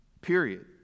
Period